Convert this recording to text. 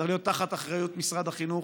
זה צריך להיות תחת אחריות משרד החינוך,